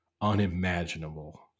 unimaginable